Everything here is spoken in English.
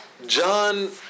John